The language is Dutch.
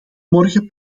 morgen